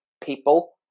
people